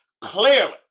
clearly